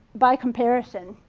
by comparison.